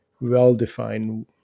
well-defined